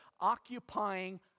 occupying